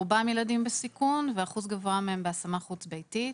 רובם ילדים בסיכון ואחוז גבוה מהם בהשמה חוץ ביתי.